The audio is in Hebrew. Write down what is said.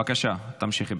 בבקשה, תמשיכי.